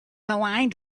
aligned